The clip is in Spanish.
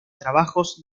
trabajos